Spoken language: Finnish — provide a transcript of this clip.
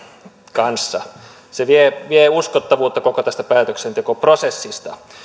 kanssa se vie vie uskottavuutta koko tästä päätöksentekoprosessista